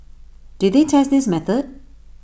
did they test this method